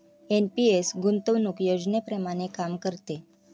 NPS गुंतवणूक योजनेप्रमाणे काम करते